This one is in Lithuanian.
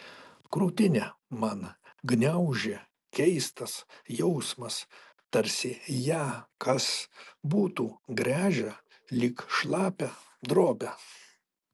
krūtinę man gniaužė keistas jausmas tarsi ją kas būtų gręžę lyg šlapią drobę